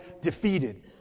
defeated